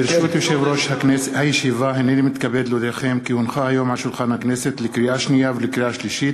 בבקשה, הודעה למזכיר הכנסת.